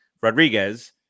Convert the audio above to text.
Rodriguez